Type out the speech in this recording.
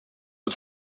het